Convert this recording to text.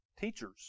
teachers